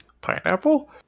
Pineapple